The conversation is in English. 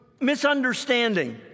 misunderstanding